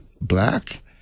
black